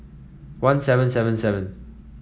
one seven seven seven